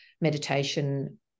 meditation